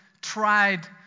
tried